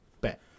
bet